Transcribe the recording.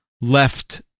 left